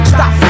Stop